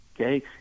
Okay